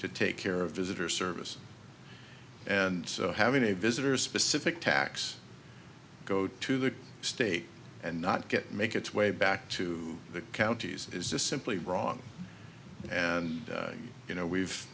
to take care of visitor service and having a visitor specific tax go to the state and not get make its way back to the counties is just simply wrong and you know we've